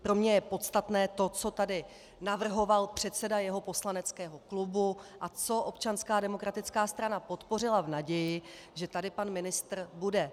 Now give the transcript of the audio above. Pro mě je podstatné to, co tady navrhoval předseda jeho poslaneckého klubu a co Občanská demokratická strana podpořila v naději, že tady pan ministr bude.